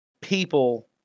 people